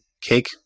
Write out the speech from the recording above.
cake